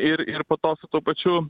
ir ir po to tuo pačiu